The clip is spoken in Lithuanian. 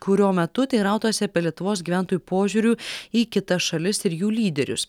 kurio metu teirautasi apie lietuvos gyventojų požiūriu į kitas šalis ir jų lyderius